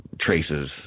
traces